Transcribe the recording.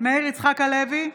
מאיר יצחק הלוי,